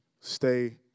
Stay